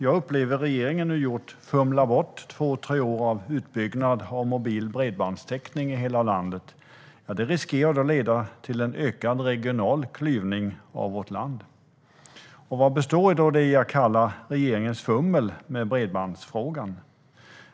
Jag upplever att regeringen nu har fumlat bort två tre år när det gäller utbyggnad av mobilt bredband i hela landet. Det riskerar att leda till en ökad regional klyvning av vårt land. Vad består då det jag kallar regeringens fummel med bredbandsfrågan av?